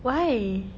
why